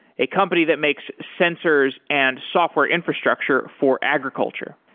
a company that makes sensors and software infrastructure for agriculture.